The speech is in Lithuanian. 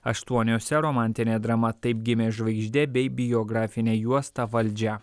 aštuoniose romantinė drama taip gimė žvaigždė bei biografinę juostą valdžia